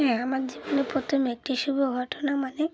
হ্যাঁ আমার জীবনে প্রথমে একটি শুভ ঘটনা মানে